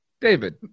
David